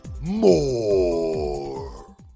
More